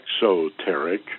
exoteric